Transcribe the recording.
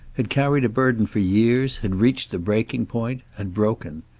had carried a burden for years, had reached the breaking point, had broken.